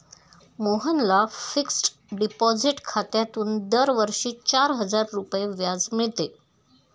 मोहनला fixed deposit खात्यातून दरवर्षी चार हजार रुपये व्याज मिळते